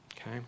Okay